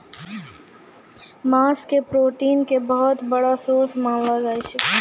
मांस के प्रोटीन के बहुत बड़ो सोर्स मानलो जाय छै